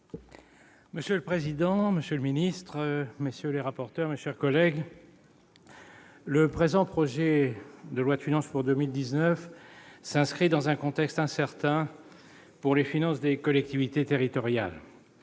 Monsieur le président, monsieur le ministre, mes chers collègues, le présent projet de loi de finances pour 2019 s'inscrit dans un contexte incertain pour les finances des collectivités territoriales